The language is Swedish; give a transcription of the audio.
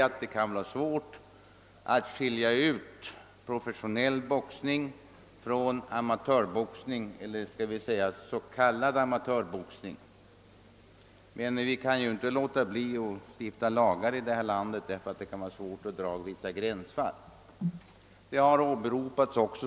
Vidare kan det bli svårt att skilja ut professionell boxning från amatörboxning — eller skall vi säga s.k. amatörboxning. Men vi kan inte låta bli att stifta lagar i detta land bara för att det är svårt att dra vissa gränslinjer.